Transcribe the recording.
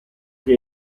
che